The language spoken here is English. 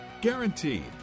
Guaranteed